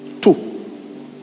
Two